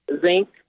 zinc